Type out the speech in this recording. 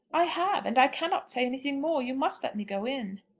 i have and i cannot say anything more. you must let me go in.